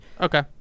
Okay